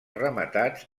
rematats